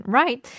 right